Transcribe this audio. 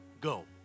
Go